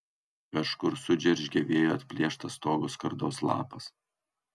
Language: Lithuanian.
kažkur sudžeržgė vėjo atplėštas stogo skardos lapas